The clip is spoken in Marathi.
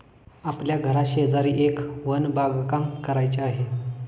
आपल्या घराशेजारी एक वन बागकाम करायचे आहे